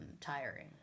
tiring